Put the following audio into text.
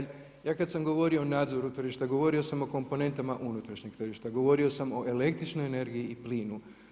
Ja kad sam govorio o nadzoru tržišta, govorio sam o komponentama unutrašnjeg tržišta, govorio sam o električnoj energiju i plinu.